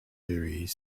depending